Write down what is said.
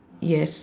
yes